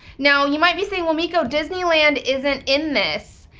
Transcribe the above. now, you might be saying, well, miko, disneyland isn't in this.